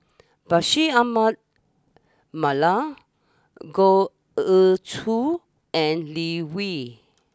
Bashir Ahmad Mallal Goh Ee Choo and Lee Wen